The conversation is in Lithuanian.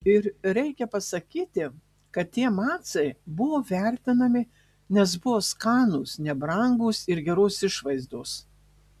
ir reikia pasakyti kad tie macai buvo vertinami nes buvo skanūs nebrangūs ir geros išvaizdos